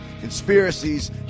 conspiracies